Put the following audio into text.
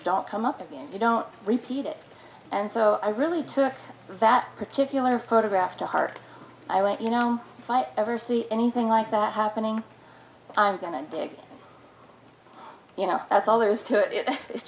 don't come up and you don't repeat it and so i really took that particular photograph to heart i went you know if i ever see anything like that happening i'm going to dig you know that's all there is to it i